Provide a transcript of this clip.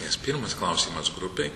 nes pirmas klausimas grupei